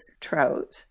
trout